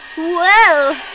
Whoa